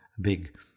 big